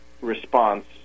response